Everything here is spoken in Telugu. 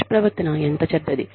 దుష్ప్రవర్తన ఎంత చెడ్డది